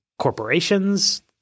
corporations